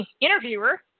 interviewer